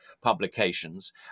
publications